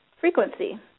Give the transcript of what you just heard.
frequency